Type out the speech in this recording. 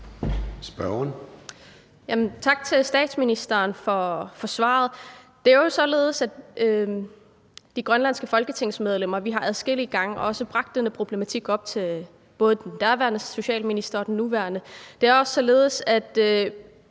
(SIU): Tak til statsministeren for svaret. Det er jo således, at vi, de grønlandske folketingsmedlemmer, også adskillige gange har bragt denne problematik op over for både den daværende og den nuværende socialminister. Det er også således, at